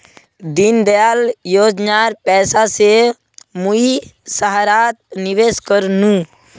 दीनदयाल योजनार पैसा स मुई सहारात निवेश कर नु